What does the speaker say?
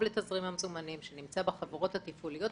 לתזרים המזומנים שנמצא בחברות התפעוליות.